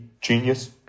genius